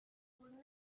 would